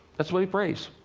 that's what he prays.